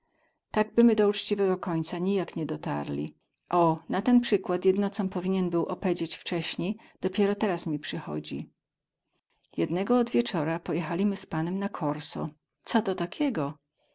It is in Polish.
my do ućciwego końca nijak nie dotarli o na ten przykład jedno com powinien być opedzieć wceśni dopiero teraz mi przychodzi jednego odwiecora pojechalimy z panem na korso co to takiego